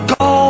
go